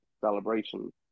celebration